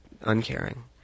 uncaring